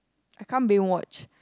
I can't binge watch